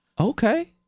Okay